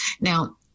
Now